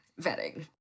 Vetting